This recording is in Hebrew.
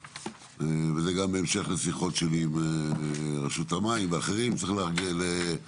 וזה גם בהמשך לשיחות שלי עם רשות המים ואחרים מבחינתי,